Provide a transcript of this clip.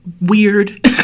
weird